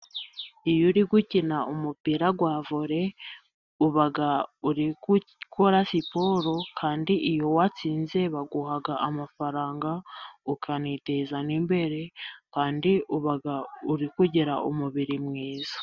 Iyo uri gukina umupira wa vore, uba uri gukora siporo, kandi iyo uwatsinze baguha amafaranga, ukaniteza imbere, kandi uba uri kugira umubiri mwiza.